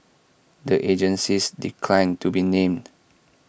the agencies declined to be named